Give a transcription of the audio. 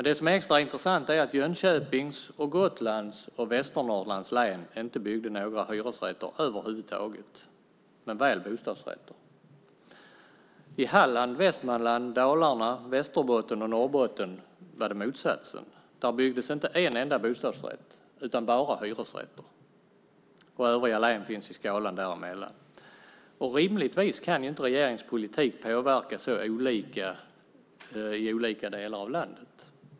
Det som är extra intressant är att man i Jönköpings, Gotlands och Västernorrlands län inte byggde några hyresrätter alls, men väl bostadsrätter. I Halland, Västmanland, Dalarna, Västerbotten och Norrbotten var förhållandet det motsatta. Där byggdes inte en enda bostadsrätt utan bara hyresrätter. Övriga län finns i skalan däremellan. Rimligtvis kan inte regeringens politik påverka så olika i olika delar av landet.